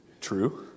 True